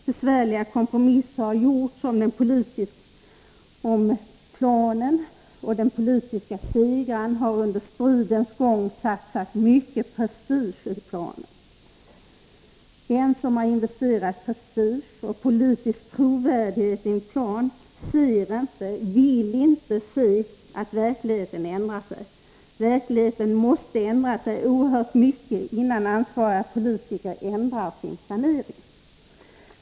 Besvärliga kompromisser har gjorts om planen, och den politiska segraren har under stridens gång satsat mycket prestige i planen. Den som har investerat prestige och politisk trovärdighet i en plan vill inte se att verkligheten ändras. Verkligheten måste ändras oerhört mycket innan ansvariga politiker ändrar sin planering.